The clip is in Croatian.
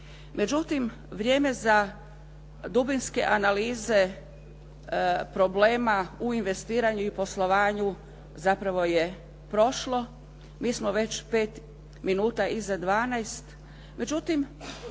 Međutim, vrijeme za dubinske analize problema u investiranju i poslovanju zapravo je prošlo. Mi smo već pet minuta iza 12.